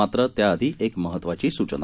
मात्र त्याआधी एक महत्त्वाची सूचना